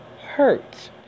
hurt